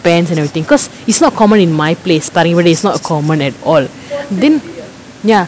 pants and everything because it's not common in my place but it is not a common at all then ya